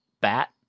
BAT